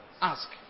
ask